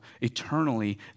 eternally